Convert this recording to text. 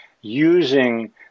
using